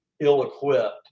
ill-equipped